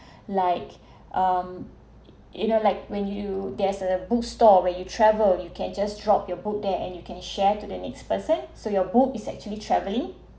like um you know like when you there's a bookstore when you travel you can just drop your book there and you can share to the next person so your book is actually traveling